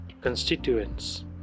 constituents